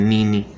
Nini